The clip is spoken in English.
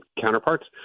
counterparts